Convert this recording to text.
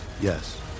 Yes